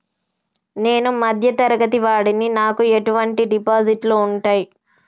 నేను మధ్య తరగతి వాడిని నాకు ఎటువంటి డిపాజిట్లు ఉంటయ్?